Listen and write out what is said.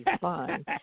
fine